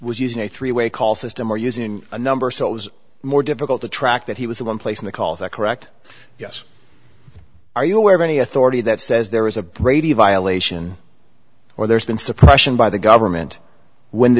was using a three way call system or using a number so it was more difficult to track that he was the one place in the call that correct yes are you aware of any authority that says there is a brady violation or there's been suppression by the government when the